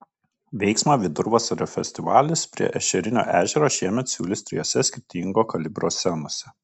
veiksmą vidurvasario festivalis prie ešerinio ežero šiemet siūlys trijose skirtingo kalibro scenose